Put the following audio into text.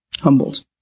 Humbled